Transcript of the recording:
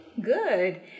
Good